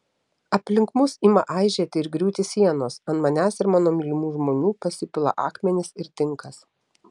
aplink mus ima aižėti ir griūti sienos ant manęs ir mano mylimų žmonių pasipila akmenys ir tinkas